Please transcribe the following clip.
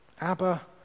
Abba